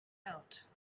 out